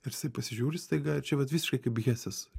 ir jisai pasižiūri staiga ir čia vat visiškai kaip hesės